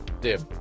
dip